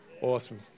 Awesome